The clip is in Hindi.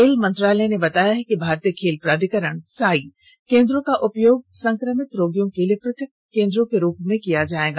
खेल मंत्रालय ने बताया है कि भारतीय खेल प्राधिकरण साई केंद्रों का उपयोग संक्रभित रोगियों के लिये पृथक केंद्रों के रूप में किया जाएगा